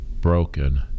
broken